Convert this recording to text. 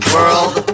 World